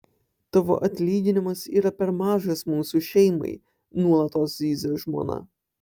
tavo atlyginimas yra per mažas mūsų šeimai nuolatos zyzia žmona